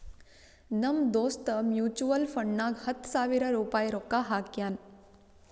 ನಮ್ ದೋಸ್ತ್ ಮ್ಯುಚುವಲ್ ಫಂಡ್ನಾಗ್ ಹತ್ತ ಸಾವಿರ ರುಪಾಯಿ ರೊಕ್ಕಾ ಹಾಕ್ಯಾನ್